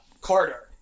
Carter